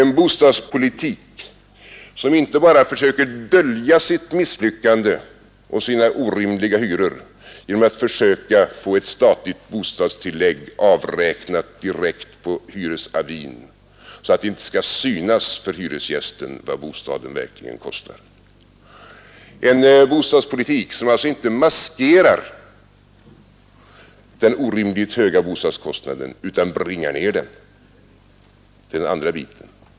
En bostadspolitik som inte bara försöker dölja sitt misslyckande och sina orimliga hyror genom att försöka få ett statligt bostadstillägg avräknat direkt på hyresavin så att det inte skall synas för hyresgästen vad bostaden verkligen kostar, en bostadspolitik som alltså inte maskerar den orimligt höga bostadskostnaden utan bringar ned den.